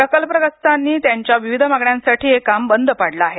प्रकल्पग्रस्तांनी त्यांच्या विविध मागण्यांसाठी हे काम बंद पाडलं आहे